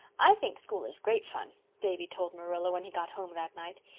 i think school is great fun, davy told marilla when he got home that night.